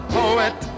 poet